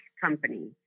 company